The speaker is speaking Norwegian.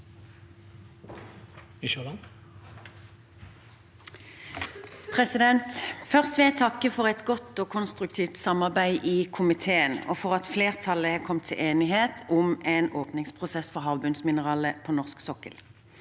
Først vil jeg takke for et godt og konstruktivt samarbeid i komiteen, og for at flertallet har kommet til enighet om en åpningsprosess for havbunnsmineraler på norsk sokkel.